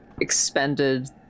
expended